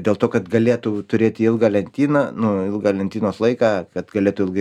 dėl to kad galėtų turėti ilgą lentyną nu ilgą lentynos laiką kad galėtų ilgai